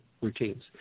routines